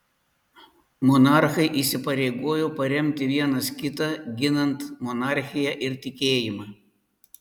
monarchai įsipareigojo paremti vienas kitą ginant monarchiją ir tikėjimą